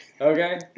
okay